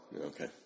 Okay